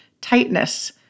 tightness